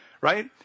Right